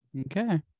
Okay